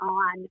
on